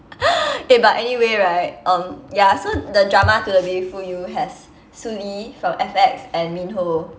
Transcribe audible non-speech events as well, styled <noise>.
<noise> eh but anyway right um ya so the drama to the beautiful you has sulli from F_X and min ho